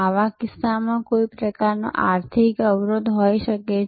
આવા કિસ્સાઓમાં કોઈ પ્રકારનો આર્થિક અવરોધ હોઈ શકે છે